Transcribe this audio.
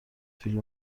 فیلم